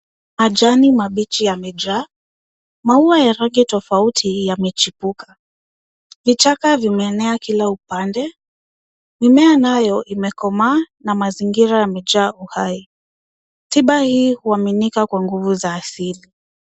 Majani mabichi yamejaa. Maua ya rangi tofauti yamechipuka. Vichaka vimeenea kila upande. Mimea nayo imekomaa na mazingira yamejaa uhai. Tiba hii huaminika kwa nguvu za asili.